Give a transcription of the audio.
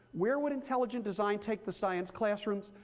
where would intelligent design take the science classrooms?